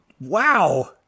wow